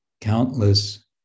countless